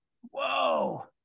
whoa